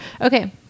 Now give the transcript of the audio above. okay